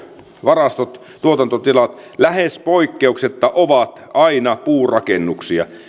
varastot tuotantotilat lähes poikkeuksetta ovat puurakennuksia